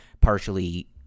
partially